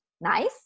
nice